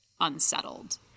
unsettled